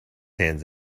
hands